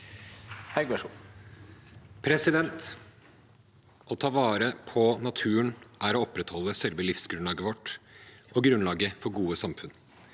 Å ta vare på naturen er å opprettholde selve livsgrunnlaget vårt og grunnlaget for gode samfunn